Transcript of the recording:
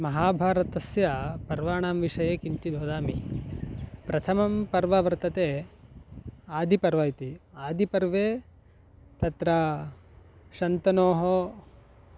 महाभारतस्य पर्वणां विषये किञ्चिद् वदामि प्रथमं पर्व वर्तते आदिपर्व इति आदिपर्वे तत्र शन्तनोः